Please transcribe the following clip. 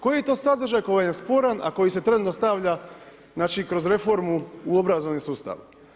Koji je to sadržaj koji vam je sporan, ako koji se trenutno stavlja kroz reformu u obrazovni sustav.